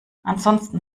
ansonsten